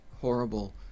horrible